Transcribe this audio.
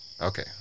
Okay